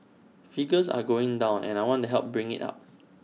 figures are going down and I want to help bring IT up